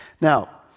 Now